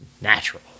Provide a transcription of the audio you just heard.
natural